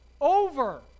over